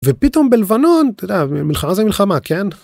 ופתאום בלבנון, אתה יודע, מלחמה זה מלחמה, כן?